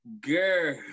girl